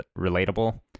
relatable